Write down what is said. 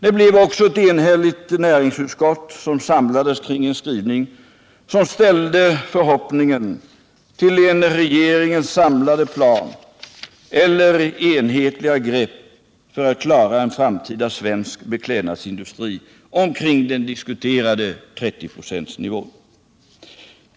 Det blev också ett enhälligt näringsutskott som samlades kring en skrivning som ställde förhoppningar på en regeringens samlade plan eller enhetliga grepp för att klara en framtida svensk beklädnadsindustri omkring den diskuterade 30-procentsnivån.